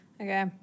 Okay